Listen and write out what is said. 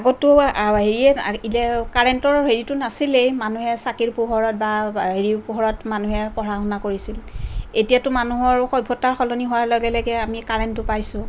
আগততো হেৰিয়ে কাৰেণ্টৰ হেৰিটো নাছিলেই মানুহে চাকিৰ পোহৰত বা হেৰিৰ পোহৰত মানুহে পঢ়া শুনা কৰিছিল এতিয়াটো মানুহৰ সভ্যতাৰ সলনি হোৱাৰ লগে লগে আমি কাৰেণ্টো পাইছোঁ